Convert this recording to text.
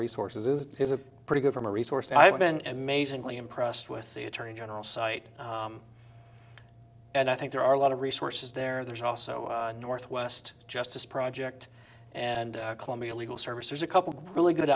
resources it is a pretty good from a resource i have been an amazingly impressed with the attorney general site and i think there are a lot of resources there there's also northwest justice project and columbia legal services a couple of really good